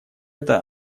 это